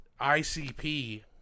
ICP